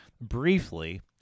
briefly—